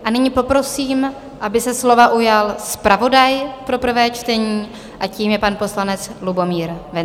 A nyní poprosím, aby se slova ujal zpravodaj pro prvé čtení, a tím je pan poslanec Lubomír Wenzl.